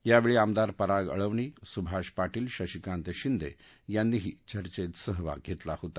यावेळी आमदार पराग अळवणी सुभाष पाटील शशिकांत शिंदे यांनीही चर्घेत सहभाग धेतला होता